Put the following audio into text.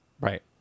Right